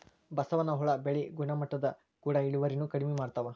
ಬಸವನ ಹುಳಾ ಬೆಳಿ ಗುಣಮಟ್ಟದ ಕೂಡ ಇಳುವರಿನು ಕಡಮಿ ಮಾಡತಾವ